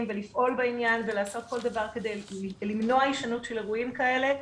ולפעול בעניין ולעשות כל דבר כדי למנוע הישנות של אירועים כאלה.